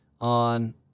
on –